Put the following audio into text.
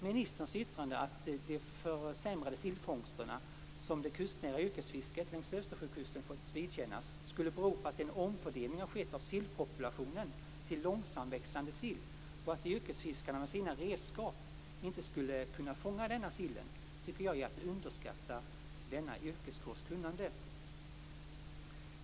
Ministerns yttrande att de försämrade sillfångsterna som det kustnära yrkesfisket längs Östersjökusten fått vidkännas skulle bero på att en omfördelning har skett av sillpopulationen till långsamväxande sill och att yrkesfiskarna med sina redskap inte skulle kunna fånga denna sill, tycker jag är att underskatta denna yrkeskårs kunnande.